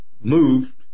moved